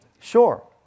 Sure